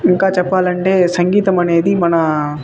ఇంకా చెప్పాలంటే సంగీతం అనేది మన